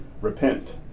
repent